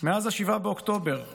מאז 7 באוקטובר בתמצית.